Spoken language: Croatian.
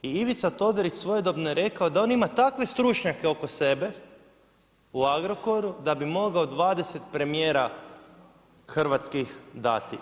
I Ivica Todorić svojedobno je rekao da on ima takve stručnjake oko sebe u Agrokoru, da bi mogao 20 premijera hrvatskih dati.